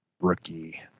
rookie